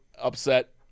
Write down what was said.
upset